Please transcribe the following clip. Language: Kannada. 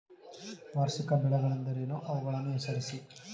ವಾರ್ಷಿಕ ಬೆಳೆಗಳೆಂದರೇನು? ಅವುಗಳನ್ನು ಹೆಸರಿಸಿ?